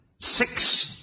six